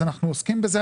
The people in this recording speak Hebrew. אנחנו עוסקים בזה,